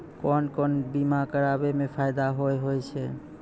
कोन कोन बीमा कराबै मे फायदा होय होय छै?